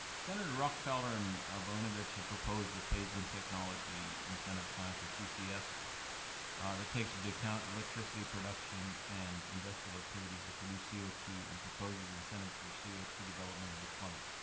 senators rockefeller and voinovich have proposed a phase-in technology plan for ccs that takes into account electricity production and industrial activities that produce c o two, and proposes incentives for c o two development and deployment.